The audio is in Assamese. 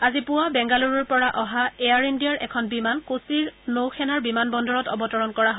আজি পুৱা বেংগালুৰুৰ পৰা অহা এয়াৰ ইণ্ডিয়াৰ এখন বিমান কোচিৰ নৌ সেনাৰ বিমান বন্দৰত অৱতৰণ কৰা হয়